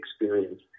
experience